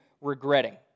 regretting